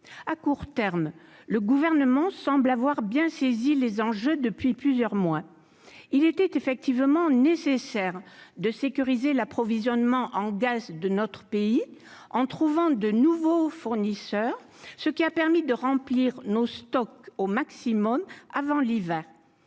à court terme, le gouvernement semble avoir bien saisi les enjeux depuis plusieurs mois, il était effectivement nécessaire de sécuriser l'approvisionnement en gaz de notre pays en trouvant de nouveaux fournisseurs, ce qui a permis de remplir nos stocks au maximum avant l'hiver